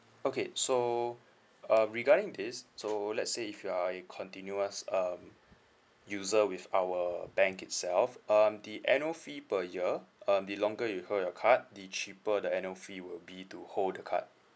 okay so uh regarding this so let's say if you are a continuous um user with our bank itself um the annual fee per year um the longer you hold your card the cheaper the annual fee will be to hold the card